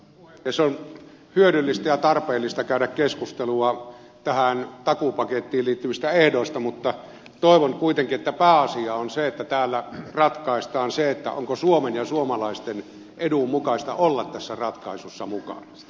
on hyödyllistä ja tarpeellista käydä keskustelua tähän takuupakettiin liittyvistä ehdoista mutta toivon kuitenkin että pääasia on se että täällä ratkaistaan se onko suomen ja suomalaisten edun mukaista olla tässä ratkaisussa mukana